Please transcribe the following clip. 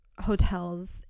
hotels